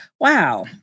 Wow